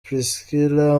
priscillah